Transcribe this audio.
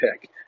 pick